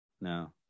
No